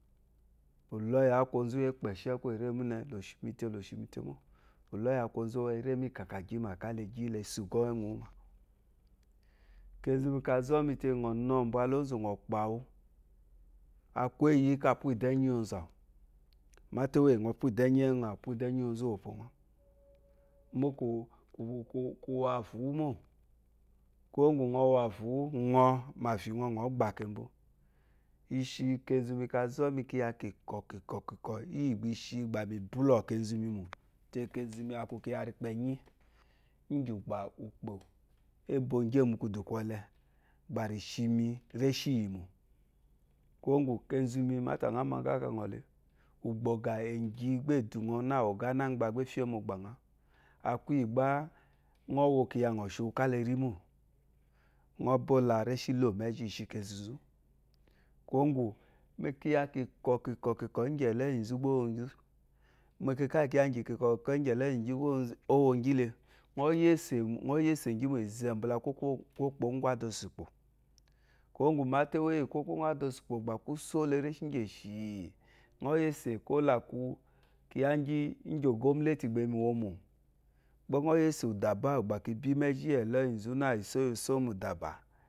Uloyi ako ozu. wu akpe sheku lo shimi te lo shi mite mu uloyi akobazu ere mi ká ká gimá ka leri esu nyɔ we eɔyu kezumi kázúmite nyɔ no uba la azu ɔyn kpawú akwe eyiyi kakú idenyi iyo zuawu mate ɔyɔ pu idinyi yewa ɔ awu ka pu iyo ózúwá púngɔ mò kó kó kó ki wò asíwúmo kúwò gú ngɔ áfíwù ngɔ má fí yɔ yɔ gbá kè bów ishe kézúmí kàzóté lákì ngɔ kì kɔ ki kɔ íyì ìgbe shigbá ibulí kézú múmó àkú kíyá rigbenyi igi gbá úkpó ɛ́bo` gee mò kùdú kòlé gbá reshimi reshiyimú kùwó gù kèzúmímatanyɔ má gá ká ɔle ugbógá ɛfé mogbanya akú yégba nyɔ wu kiya ngɔ shiwu kale rimo ɔyɔ bo la reshimezhi shi kezu zu kuwu gu mikiya kikɔ kikɔ igi eloyi zu gba owu gí mékè ká ìyì kíyá kikɔ kikɔ igi eloyi zú bó wɔ gɨlɛ ɔyɛsɛ gimu izembbalá kógbó úgú adà ɔsungbò kuwo gu mate kogbo ɔgwa ada osungbo ban kó soleré igeshi nyɔ yese gba la ku kiya gi gim ogonnuti gba eyi miwo gba nyɔ yesu uda ba ukibi mizhi ye eloyi na iso yi so me zhi yu udaba